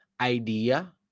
idea